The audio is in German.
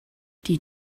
die